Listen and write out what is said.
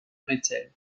rethel